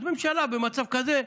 אז ממשלה במצב כזה,